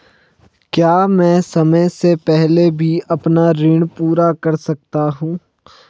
क्या मैं समय से पहले भी अपना ऋण पूरा कर सकता हूँ?